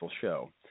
show